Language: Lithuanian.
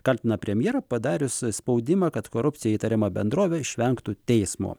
kaltina premjerą padarius spaudimą kad korupcija įtariamą bendrovė išvengtų teismo